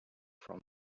from